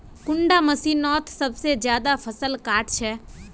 कुंडा मशीनोत सबसे ज्यादा फसल काट छै?